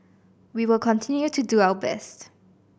we will continue to do our best